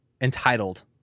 entitled